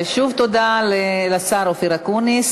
ושוב תודה לשר אופיר אקוניס.